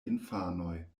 infanoj